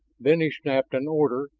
then he snapped an order,